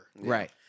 Right